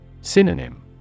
Synonym